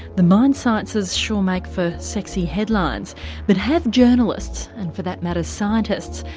the mind sciences sure make for sexy headlines but have journalists, and for that matter scientists,